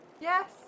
Yes